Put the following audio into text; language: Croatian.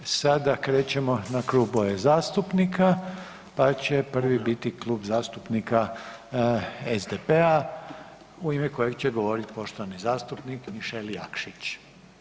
Sada krećemo na klubove zastupnika, pa će prvi bit Klub zastupnika SDP-a, u ime kojeg će govoriti poštovani zastupnik Mišel Jakšić.